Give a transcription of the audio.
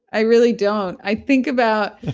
i really don't, i think about.